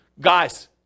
guys